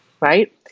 right